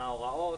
מה ההוראות